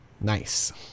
Nice